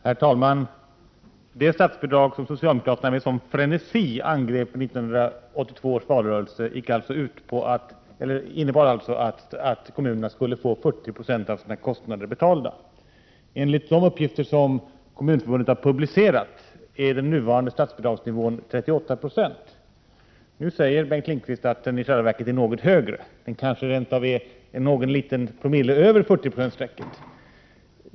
Herr talman! Det statsbidrag socialdemokraterna med sådan frenesi angrep i 1982 års valrörelse innebar alltså att kommunerna skulle få 40 96 av sina kostnader betalda. Enligt de uppgifter Kommunförbundet har publicerat är den nuvarande statsbidragsandelen 38 96. Nu säger Bengt Lindqvist att den i själva verket är något högre. Den kanske rent av är någon liten promille över 40-procentsstrecket.